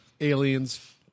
aliens